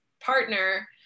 partner